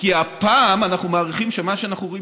כי הפעם אנחנו מעריכים שמה שאנחנו רואים